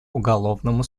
уголовному